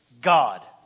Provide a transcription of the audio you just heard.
God